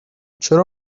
چرا